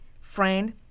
Friend